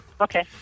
Okay